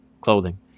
clothing